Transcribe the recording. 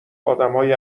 آدمهای